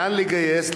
לאן לגייס?